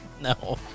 No